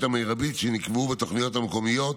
המרבית שנקבעו בתוכניות המקומיות,